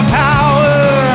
power